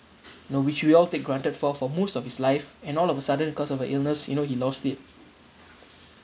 you know which we all take granted for for most of his life and all of a sudden cause of a illness you know he lost it